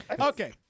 Okay